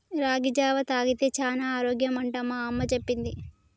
రాగి జావా తాగితే చానా ఆరోగ్యం అంట మా అమ్మ చెప్పింది